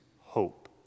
hope